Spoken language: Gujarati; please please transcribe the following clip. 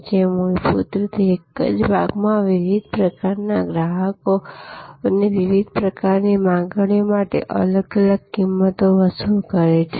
જે મૂળભૂત રીતે એક જ ભાગમાં વિવિધ પ્રકારના ગ્રાહકો અને વિવિધ પ્રકારની માંગણીઓ માટે અલગ અલગ કિંમતો વસૂલ કરે છે